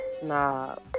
Snob